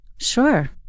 Sure